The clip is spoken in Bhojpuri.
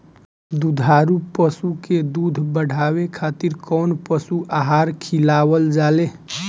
दुग्धारू पशु के दुध बढ़ावे खातिर कौन पशु आहार खिलावल जाले?